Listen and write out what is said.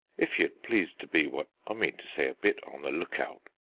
if you'd please to be what i mean to say a bit on the look-out,